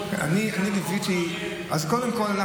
אתה יכול לראות אז קודם כול,